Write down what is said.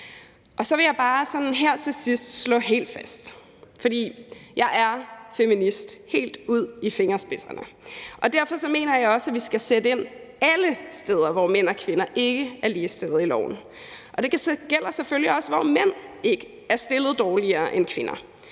Så vil jeg bare sådan her til sidst slå noget helt fast, for jeg er feminist helt ud til fingerspidserne. Og derfor mener jeg også, at vi skal sætte ind alle steder, hvor mænd og kvinder ikke er ligestillet i loven, og det gælder selvfølgelig også, i forhold til at mænd ikke skal stilles dårligere end kvinder.